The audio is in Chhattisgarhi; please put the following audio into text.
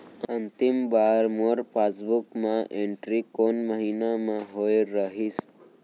अंतिम बार मोर पासबुक मा एंट्री कोन महीना म होय रहिस?